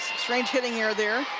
strange hitting error there